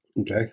Okay